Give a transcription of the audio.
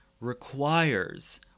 requires